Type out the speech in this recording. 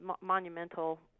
monumental